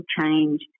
change